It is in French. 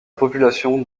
population